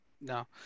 No